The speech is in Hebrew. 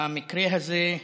המקרה הזה,